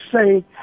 say